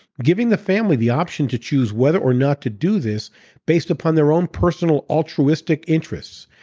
giving the family the option to choose whether or not to do this based upon their own personal altruistic interests.